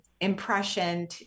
impression